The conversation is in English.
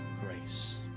grace